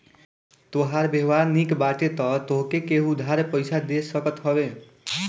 तोहार व्यवहार निक बाटे तअ तोहके केहु उधार पईसा दे सकत हवे